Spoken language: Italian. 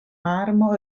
marmo